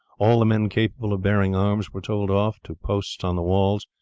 all the men capable of bearing arms were told off to posts on the walls.